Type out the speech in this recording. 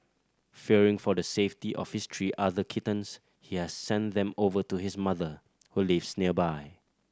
fearing for the safety of his three other kittens he has sent them over to his mother who lives nearby